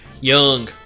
Young